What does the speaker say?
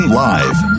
live